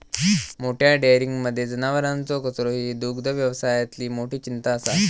मोठ्या डेयरींमध्ये जनावरांचो कचरो ही दुग्धव्यवसायातली मोठी चिंता असा